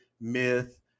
myth